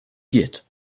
git